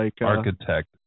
Architect